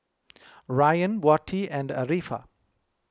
Ryan Wati and Arifa